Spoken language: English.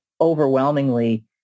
overwhelmingly